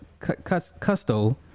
Custo